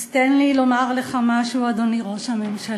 אז תן לי לומר לך משהו, אדוני ראש הממשלה: